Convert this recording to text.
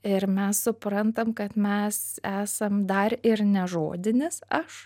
ir mes suprantam kad mes esam dar ir nežodinis aš